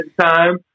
time